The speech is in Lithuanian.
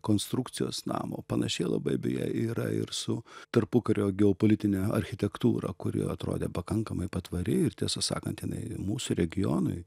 konstrukcijos namo panašiai labai beje yra ir su tarpukario geopolitine architektūra kuri atrodė pakankamai patvari ir tiesą sakant jinai mūsų regionui